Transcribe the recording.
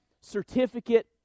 certificate